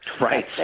Right